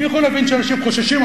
אני יכול להבין שאנשים חוששים,